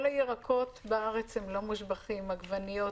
כל הירקות בארץ הם לא מושבחים: עגבניות,